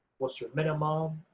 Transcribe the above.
what's your minimum,